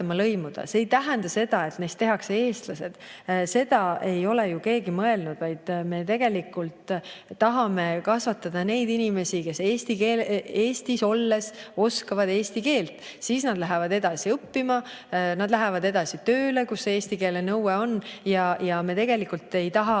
lõimuda. See ei tähenda seda, et neist tehakse eestlased. Seda ei ole ju keegi mõelnud. Me tahame lihtsalt kasvatada neid inimesi, kes Eestis olles oskavad eesti keelt. Siis nad lähevad edasi õppima, nad lähevad edasi tööle, kus eesti keele nõue on. Me tegelikult ei taha